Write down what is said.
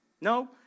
No